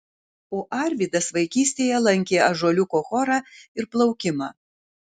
o arvydas vaikystėje lankė ąžuoliuko chorą ir plaukimą